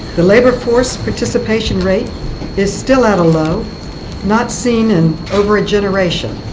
the labor force participation rate is still at a low not seen in over a generation.